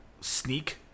sneak